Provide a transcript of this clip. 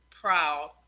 proud